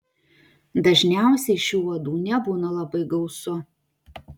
dažniausiai šių uodų nebūna labai gausu